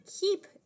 keep